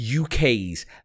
UK's